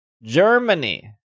Germany